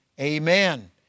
Amen